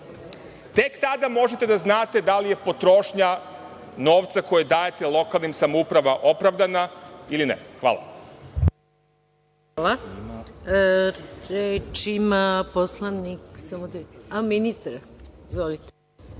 Tek tada možete da znate da li je potrošnja novca koji dajete lokalnim samoupravama opravdana ili ne. Hvala.